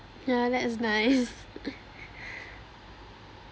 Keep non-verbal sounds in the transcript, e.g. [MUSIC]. yeah that's nice [LAUGHS]